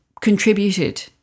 contributed